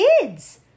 kids